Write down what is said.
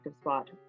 spot